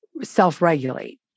self-regulate